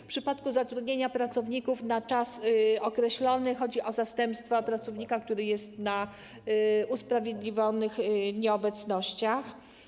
W przypadku zatrudnienia pracowników na czas określony chodzi o zastępstwo pracownika, który ma usprawiedliwione nieobecności.